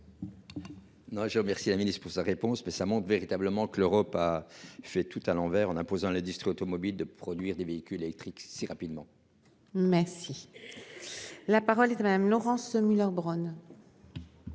je remercie la milice pour sa réponse mais ça monte véritablement que l'Europe a fait tout à l'envers en imposant l'industrie automobile de produire des véhicules électriques si rapidement. Merci. La parole est à madame Laurence Muller-Bronn.